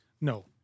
No